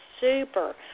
super